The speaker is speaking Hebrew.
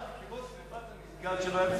כמו שרפת המסגד שלא היתה בסדר,